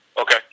Okay